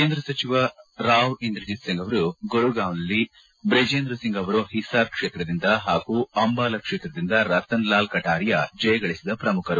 ಕೇಂದ್ರ ಸಚಿವ ರಾವ್ ಇಂದ್ರಜಿತ್ ಸಿಂಗ್ ಅವರು ಗುರುಗಾಂವ್ನಲ್ಲಿ ಬ್ರಿಜೇಂದ್ರಸಿಂಗ್ ಅವರು ಹಿಸಾರ್ ಕ್ಷೇತ್ರದಿಂದ ಹಾಗೂ ಅಂಬಾಲ ಕ್ಷೇತ್ರದಿಂದ ರತನ್ಲಾಲ್ ಕಟಾರಿಯಾ ಜಯಗಳಿಸಿದ ಪ್ರಮುಖರು